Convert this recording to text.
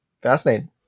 Fascinating